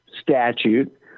statute